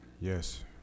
Yes